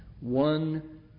One